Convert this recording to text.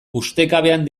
ustekabean